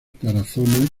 tarazona